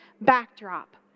backdrop